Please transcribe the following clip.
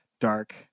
dark